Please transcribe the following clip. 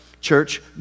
church